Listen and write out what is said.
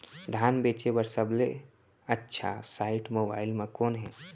धान बेचे बर सबले अच्छा साइट मोबाइल म कोन हे?